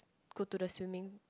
go to the swimming